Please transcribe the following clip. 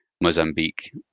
Mozambique